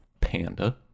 panda